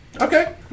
Okay